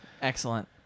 Excellent